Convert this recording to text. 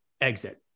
exit